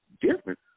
different